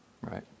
right